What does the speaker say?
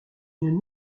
une